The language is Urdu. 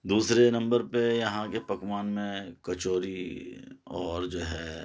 دوسرے نمبر پہ یہاں کے پکوان میں کچوری اور جو ہے